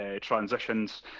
Transitions